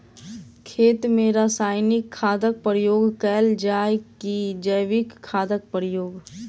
खेत मे रासायनिक खादक प्रयोग कैल जाय की जैविक खादक प्रयोग?